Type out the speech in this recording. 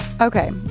Okay